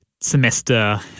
semester